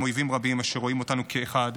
עם אויבים רבים אשר רואים אותנו כאחד,